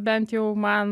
bent jau man